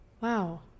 Wow